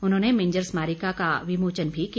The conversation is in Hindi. उन्होंने मिंजर स्मारिका का विमोचन भी किया